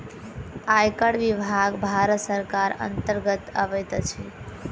आयकर विभाग भारत सरकारक अन्तर्गत अबैत अछि